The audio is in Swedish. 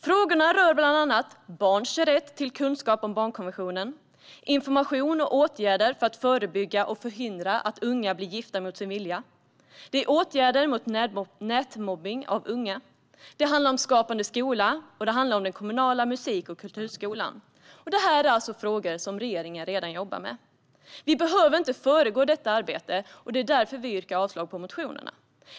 Frågorna rör bland annat barns rätt till kunskap om barnkonventionen, information och åtgärder för att förebygga och förhindra att unga blir bortgifta mot sin vilja, åtgärder mot nätmobbning av unga, Skapande skola och den kommunala musik och kulturskolan. Det är frågor som regeringen redan jobbar med. Vi behöver inte föregå detta arbete, och det är därför vi yrkar avslag på motionerna.